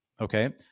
Okay